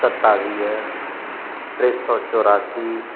सतावीह टे सौ चौरासी